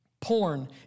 Porn